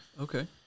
Okay